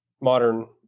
modern